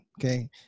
okay